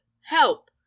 help